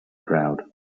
crowd